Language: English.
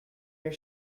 your